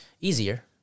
Easier